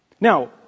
Now